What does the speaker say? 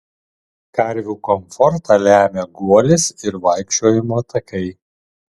karvių komfortą lemia guolis ir vaikščiojimo takai